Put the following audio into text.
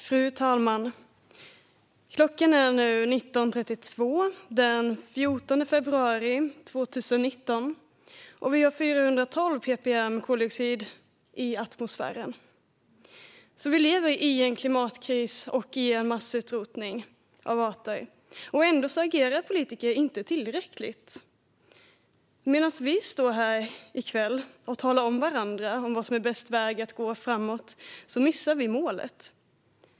Fru talman! Klockan är nu 19.32 den 14 februari 2019. Vi har 412 ppm koldioxid i atmosfären. Vi lever i en klimatkris och i en massutrotning av arter. Ändå agerar politiker inte tillräckligt. Medan vi står här i kväll och talar om för varandra vilken väg som är bäst för att gå framåt missar vi målet.